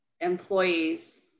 employees